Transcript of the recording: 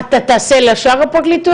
אתה תעשה לשאר הפרקליטויות?